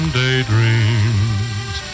daydreams